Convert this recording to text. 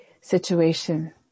situation